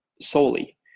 solely